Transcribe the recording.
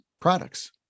products